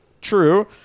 True